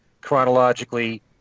chronologically